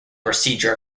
procedure